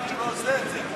עושה את זה,